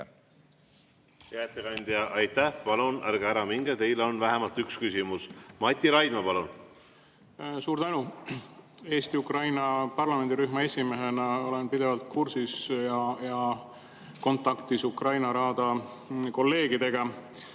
ettekandja, aitäh! Palun ärge ära minge, teile on vähemalt üks küsimus. Mati Raidma, palun! Suur tänu! Eesti-Ukraina parlamendirühma esimehena olen pidevalt kursis ja kontaktis kolleegidega